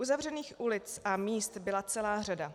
Uzavřených ulic a míst byla celá řada.